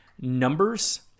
numbers